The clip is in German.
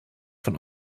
von